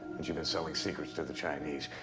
and you've been selling secrets to the chinese,